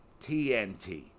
TNT